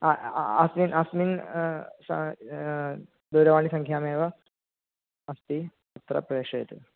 अस्मिन् अस्मिन् दूरवाणीसङ्ख्यामेव अस्ति तत्र प्रेषयतु